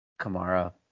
Kamara